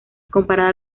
comparada